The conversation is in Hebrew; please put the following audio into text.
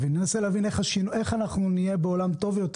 להבין איך אנחנו נהיה בעולם טוב יותר